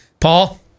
Paul